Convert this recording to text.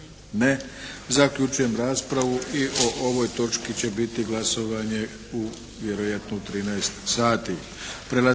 Ne. Zaključujem raspravu i o ovoj točki će biti glasovanje u, vjerojatno u 13 sati.